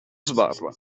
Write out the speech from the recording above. sbarra